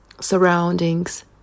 surroundings